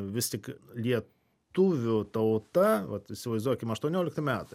vis tik lietuvių tauta vat įsivaizduokim aštuoniolikti metai